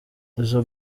izo